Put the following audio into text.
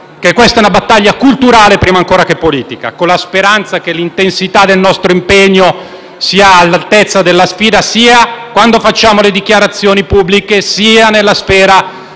che questa è una battaglia culturale prima ancora che politica e con la speranza che l'intensità del nostro impegno sia all'altezza della sfida, sia quando facciamo le dichiarazioni pubbliche che nella sfera